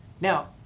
Now